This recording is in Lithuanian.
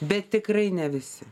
bet tikrai ne visi